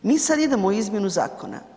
Mi sada idemo u izmjenu zakona.